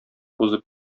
узып